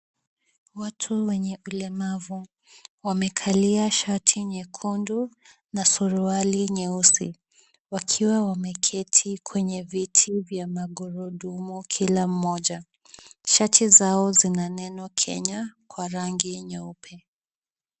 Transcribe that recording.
Watu wenye ulemavu wamekalia shati nyekundu na suruali nyeusi wakiwa wameketi kwenye viti vya magurudumu kila mmoja. Shati zao zina neno Kenya kwa rangi nyeupe.